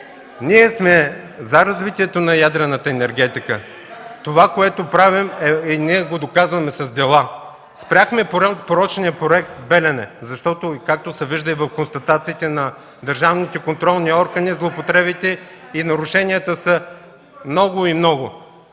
Ние сме за развитието на ядрената енергетика. Това, което правим, го доказваме с дела. Спряхме порочния проект „Белене”, защото, както се вижда и в констатацията на държавните контролни органи, злоупотребите и нарушенията са много и много.